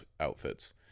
outfits